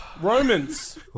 Romans